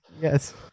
Yes